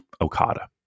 Okada